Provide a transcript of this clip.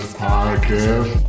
podcast